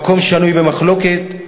למקום שנוי במחלוקת,